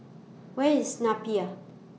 Where IS Napier